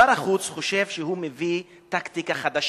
שר החוץ חושב שהוא מביא טקטיקה חדשה,